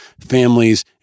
families